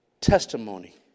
testimony